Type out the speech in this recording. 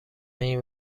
این